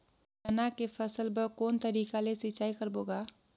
चना के फसल बर कोन तरीका ले सिंचाई करबो गा?